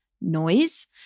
noise